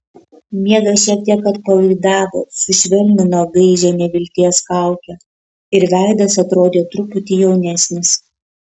miegas šiek tiek atpalaidavo sušvelnino gaižią nevilties kaukę ir veidas atrodė truputį jaunesnis